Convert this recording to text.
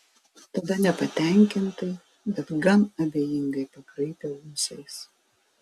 tada nepatenkintai bet gan abejingai pakraipė ūsais